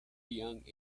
young